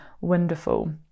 wonderful